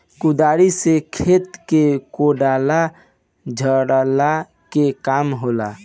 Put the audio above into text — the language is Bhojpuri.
कुदारी से खेत के कोड़ला झोरला के काम होला